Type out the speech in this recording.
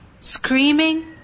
Screaming